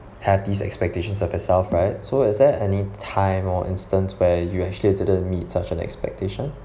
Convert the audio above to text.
have these expectations of yourself right so is there any time or instance where you actually didn't meet such an expectation